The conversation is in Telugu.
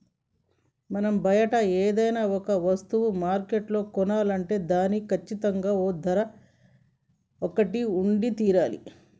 మనం బయట ఏదైనా ఒక వస్తువులు మార్కెట్లో కొనాలంటే దానికి కచ్చితంగా ఓ ధర ఒకటి ఉండి తీరాలి